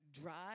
drive